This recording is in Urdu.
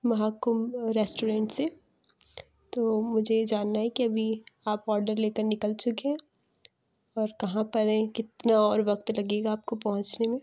مہاکُم ریسٹورینٹ سے تو مجھے جاننا ہے کہ ابھی آپ آرڈر لے کر نکل چُکے ہیں اور کہاں پر ہیں کتنا اور وقت لگے گا آپ کو پہنچنے میں